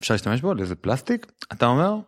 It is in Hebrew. אפשר להשתמש בו על איזה פלסטיק אתה אומר?